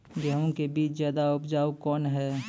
गेहूँ के बीज ज्यादा उपजाऊ कौन है?